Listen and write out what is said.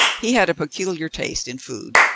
he had a peculiar taste in food,